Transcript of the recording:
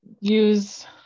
use